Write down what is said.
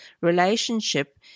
relationship